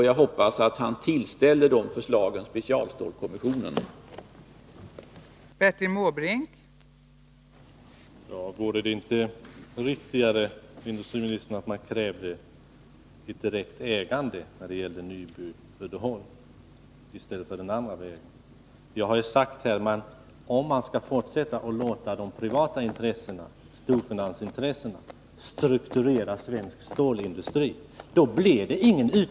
Jag hoppas att han tillställer specialstålskommissio Nr 61